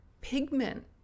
pigment